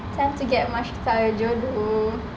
time to get much